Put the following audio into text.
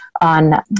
on